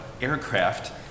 aircraft